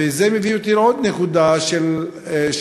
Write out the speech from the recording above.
וזה מביא אותי לעוד נקודה, של שירותי